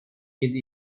yedi